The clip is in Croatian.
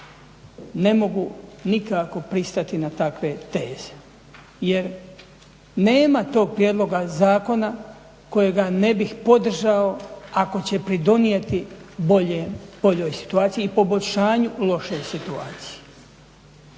Ne mogu nikako pristati na takve teze, jer nema tog prijedloga zakona kojega ne bih podržao ako će pridonijeti boljoj situaciji i poboljšanju loše situacije.